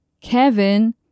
Kevin